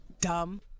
dumb